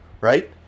right